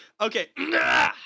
okay